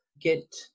Get